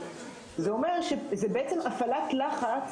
זה אומר שזה בעצם הפעלת לחץ